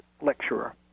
lecturer